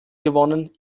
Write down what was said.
gewonnen